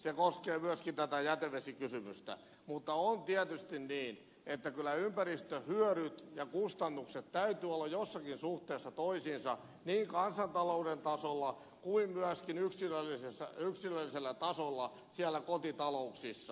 se koskee myöskin tätä jätevesikysymystä mutta on tietysti niin että kyllä ympäristön hyötyjen ja kustannusten täytyy olla jossakin suhteessa toisiinsa niin kansantalouden tasolla kuin myöskin yksilöllisellä tasolla siellä kotitalouksissa